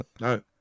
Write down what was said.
no